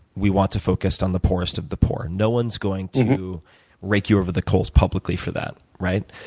we want the focus on the poorest of the poor. no one's going to rake you over the coals publicly for that, right?